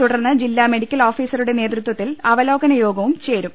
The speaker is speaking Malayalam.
തുടർന്ന് ജില്ലാ മെഡിക്കൽ ഓഫീസ റുടെ നേതൃത്വത്തിൽ അവലോകന യോഗവും ചേരും